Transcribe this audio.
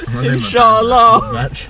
Inshallah